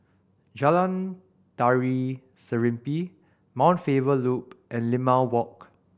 Jalan Tari Serimpi Mount Faber Loop and Limau Walk